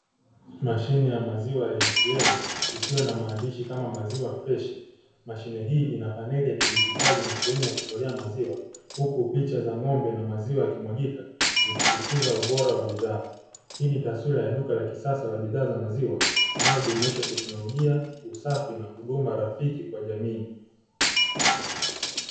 Mashine ya maziwa ya a t m ikiwa na maandishi kama maziwa freshi mashine hii inapaneli ya kidijitali na sehemu ya kutolea maziwa huku picha za ng'ombe na maziwa ya kimwagika zikisisitiza ubora wa bidhaa, hii ni taswira ya duka la kisasa la bidhaa za maziwa linalojumuisha teknolojia usafi na huduma rafiki kwa jamii.